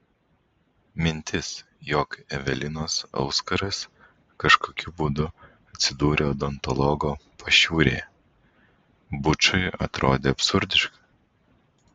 mintis jog evelinos auskaras kažkokiu būdu atsidūrė odontologo pašiūrėje bučui atrodė absurdiška